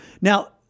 Now